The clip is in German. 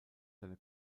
seine